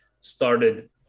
started